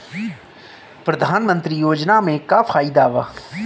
प्रधानमंत्री योजना मे का का फायदा बा?